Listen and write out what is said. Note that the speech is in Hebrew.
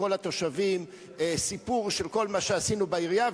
לכל התושבים סיפור של כל מה שעשינו בעירייה,